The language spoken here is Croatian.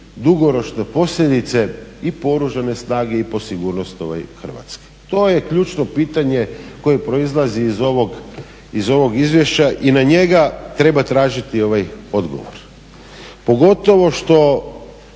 dugoročne posljedice i po Oružane snage i po sigurnost Hrvatske. To je ključno pitanje koje proizlazi iz ovog izvješća i na njega treba tražiti odgovor pogotovo što